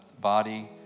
body